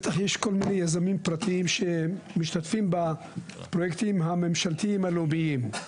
בטח יש כל מיני יזמים פרטיים שמשתתפים בפרויקטים הממשלתיים הלאומיים.